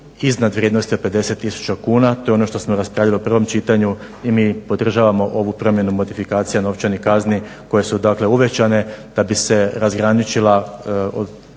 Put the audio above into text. iznad vrijednosti od 50 tisuća kuna. To je ono što smo raspravljali u prvom čitanju i mi podržavamo ovu promjenu modifikacija novčanih kazni koje su uvećane da bi se razgraničila